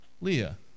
Leah